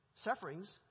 sufferings